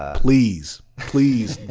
please. please.